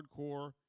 hardcore